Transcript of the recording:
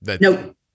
Nope